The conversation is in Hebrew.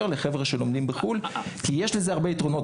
לחבר'ה שלומדים בחו"ל כי יש לזה גם הרבה יתרונות.